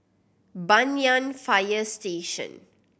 Banyan Fire Station